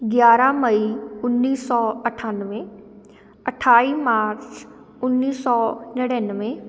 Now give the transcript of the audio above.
ਗਿਆਰਾਂ ਮਈ ਉੱਨੀ ਸੌ ਅਠਾਨਵੇਂ ਅਠਾਈ ਮਾਰਚ ਉੱਨੀ ਸੌ ਨੜਿਨਵੇਂ